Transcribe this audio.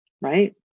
right